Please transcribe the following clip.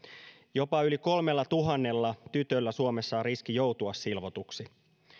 jopa yli kolmellatuhannella tytöllä suomessa on riski joutua silvotuksi